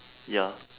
ya